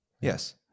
Yes